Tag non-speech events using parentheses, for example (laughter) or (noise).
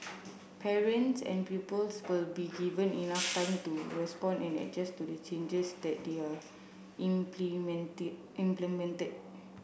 parents and pupils will be given enough time to respond and adjust to the changes that they are (unintelligible) implemented